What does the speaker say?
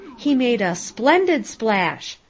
he made a splendid splash.